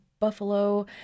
Buffalo